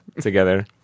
together